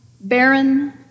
barren